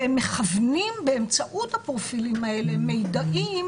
והם מכוונים באמצעות הפרופילים האלה מיידעים